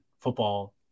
football